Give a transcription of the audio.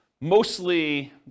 mostly